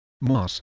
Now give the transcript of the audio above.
moss